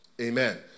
Amen